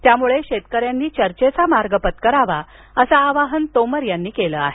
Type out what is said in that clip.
त्यामुळे शेतकऱ्यांनी चर्चेचा मार्ग पत्करावा असं आवाहन तोमर यांनी केलं आहे